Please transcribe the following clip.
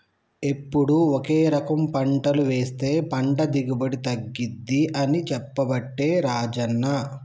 ఎప్పుడు ఒకే రకం పంటలు వేస్తె పంట దిగుబడి తగ్గింది అని చెప్పబట్టే రాజన్న